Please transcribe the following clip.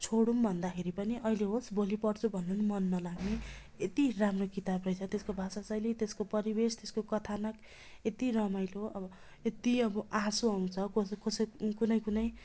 छोडौँ भन्दाखेरि पनि अहिले होस् भोलि पढ्छु भन्नु नि मन नलाग्ने यति राम्रो किताब रहेछ त्यसको भाषा शैली त्यसको परिवेश त्यसको कथानक यति रमाइलो अब यति अब आँसु आउँछ कसै कसै कुनै कुनै